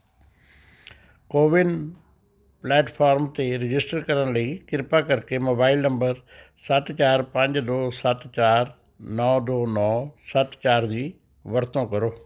ਕੋ win platform 'ਤੇ register ਕਰਨ ਲਈ ਕਿਰਪਾ ਕਰਕੇ ਮੋਬਾਈਲ ਨੰਬਰ ਸੱਤ ਚਾਰ ਪੰਜ ਦੋ ਸੱਤ ਚਾਰ ਨੌ ਦੋ ਨੌ ਸੱਤ ਚਾਰ ਦੀ ਵਰਤੋਂ ਕਰੋ